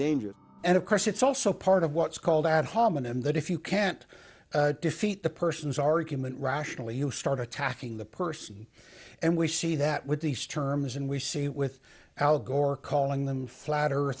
danger and of course it's also part of what's called ad hominum that if you can't defeat the person's argument rationally you start attacking the person and we see that with these terms and we see with al gore calling them flat